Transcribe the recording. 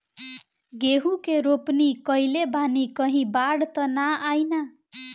गेहूं के रोपनी कईले बानी कहीं बाढ़ त ना आई ना?